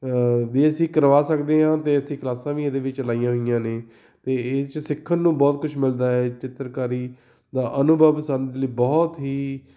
ਵੀ ਅਸੀਂ ਕਰਵਾ ਸਕਦੇ ਹਾਂ ਅਤੇ ਅਸੀਂ ਕਲਾਸਾਂ ਵੀ ਇਹਦੇ ਵਿੱਚ ਲਾਈਆਂ ਹੋਈਆਂ ਨੇ ਅਤੇ ਇਹ 'ਚ ਸਿੱਖਣ ਨੂੰ ਬਹੁਤ ਕੁਛ ਮਿਲਦਾ ਹੈ ਚਿੱਤਰਕਾਰੀ ਦਾ ਅਨੁਭਵ ਸਾਡੇ ਲਈ ਬਹੁਤ ਹੀ